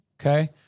okay